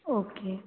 okay